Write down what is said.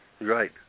Right